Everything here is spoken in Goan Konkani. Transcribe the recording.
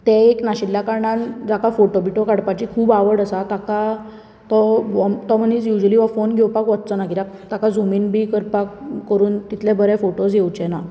ते एक नाशिल्ल्या कारणान जाका फोटो बिटो काडपाचे खूब आवड आसा ताका तो मनीस युजअली हो फोन घेवपाक वच्चोना कित्याक ताका जूम इन बी करपाक करून तितले बरें फोटोज येवचें नात